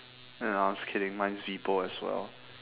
ya no I'm just kidding mine is vepo as well